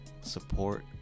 support